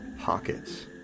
pockets